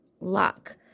luck